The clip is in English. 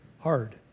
hard